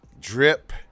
drip